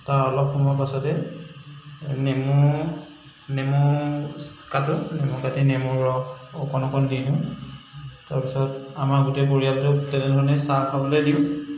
তাৰ অলপ সময় পাছতে নেমু নেমু কাটো নেমু কাটি নেমুৰ ৰস অকণ অকণ দি দিওঁ তাৰ পিছত আমাৰ গোটেই পৰিয়ালটোক তেনেধৰণেই চাহ খাবলৈ দিওঁ